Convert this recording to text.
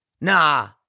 Nah